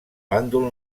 bàndol